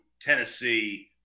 Tennessee